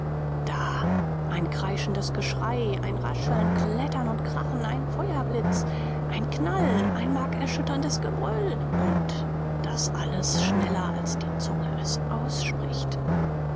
da ein kreischendes geschrei ein rascheln klettern und krachen ein feuerblitz ein knall ein markerschütterndes gebrüll und das alles schneller als die zunge es spricht